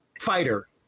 fighter